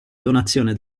donazione